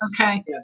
Okay